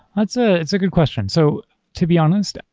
it's ah it's a good question. so to be honest,